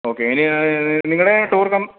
okay ഇനി നിങ്ങളുടെ ടൂറിനും